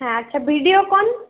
হ্যাঁ আচ্ছা ভিডিওকন